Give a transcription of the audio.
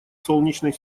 солнечной